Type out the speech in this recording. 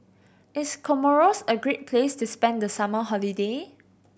is Comoros a great place to spend the summer holiday